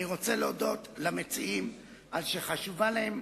אני רוצה להודות למציעים על כך שחשובה להם